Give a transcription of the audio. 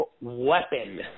weapon